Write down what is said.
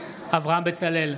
אברהם בצלאל,